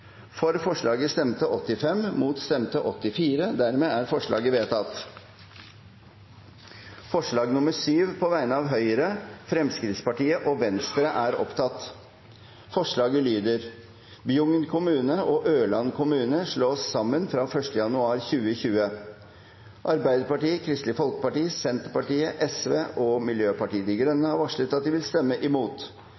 Venstre. Forslaget lyder: «Bjugn kommune og Ørland kommune slås sammen fra 1. januar 2020.» Arbeiderpartiet, Kristelig Folkeparti, Senterpartiet, Sosialistisk Venstreparti og Miljøpartiet De Grønne